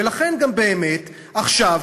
ולכן באמת עכשיו,